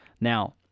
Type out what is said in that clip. Now